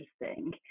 interesting